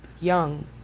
young